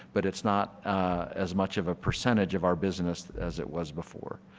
but it's not as much of a percentage of our business as it was before.